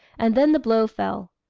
and then the blow fell.